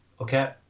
okay